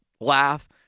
laugh